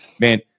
man